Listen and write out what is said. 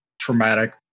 traumatic